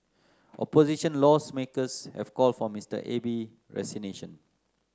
opposition law's makers have called for Mr Abe's resignation